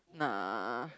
nah